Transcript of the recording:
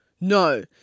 no